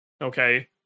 okay